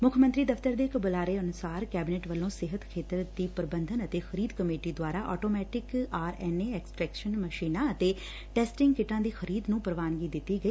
ਮੁੱਖ ਮੰਤਰੀ ਦਫ਼ਤਰ ਦੇ ਬੁਲਾਰੇ ਅਨੁਸਾਰ ਕੈਬਨਿਟ ਵੱਲੋ ਸਿਹਤ ਖੇਤਰ ਦੀ ਪ੍ਰਬੰਧਨ ਅਤੇ ਖਰੀਦ ਕਮੇਟੀ ਦੁਆਰਾ ਆਟੋਮੈਟਿਕ ਆਰਐਨਏ ਐਕਸਟ੍ਟੈਕਸ਼ਨ ਮਸ਼ੀਨਾਂ ਅਤੇ ਟੈਸਟਿੰਗ ਕਿੱਟਾਂ ਦੀ ਖਰੀਦ ਨੂੰ ਪ੍ਰਵਾਨਗੀ ਦਿੱਤੀ ਗਈ